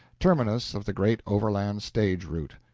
terminus of the great overland stage route.